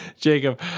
Jacob